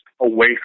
away